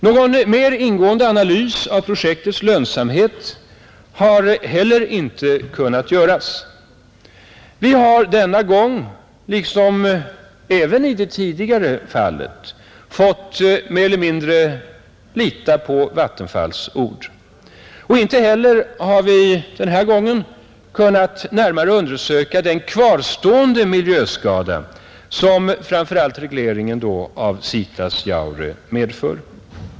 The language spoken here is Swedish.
Någon mer ingående analys av projektets lönsamhet har heller inte kunnat göras, Vi har denna gång liksom även i det tidigare fallet fått mer eller mindre lita på Vattenfalls ord. Inte heller har vi den här gången kunnat närmare undersöka den kvarstående miljöskada som framför allt regleringen av Sitasjaure medför.